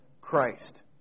Christ